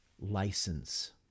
license